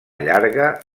llarga